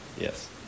Yes